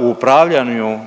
u upravljanju